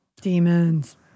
Demons